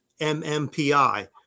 MMPI